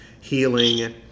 healing